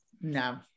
No